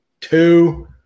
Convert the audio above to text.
Two